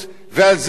מסולפת,